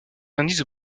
indices